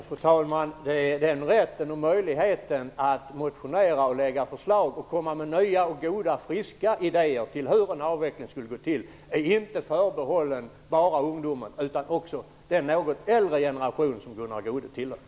Fru talman! Rätten och möjligheten att väcka motioner och lägga fram förslag och att komma med nya, goda och friska idéer till hur en avveckling skall gå till är inte förbehållen ungdomen utan också den något äldre generation som Gunnar Goude tillhör.